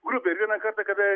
grupė ir vieną kartą kada